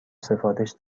سفارش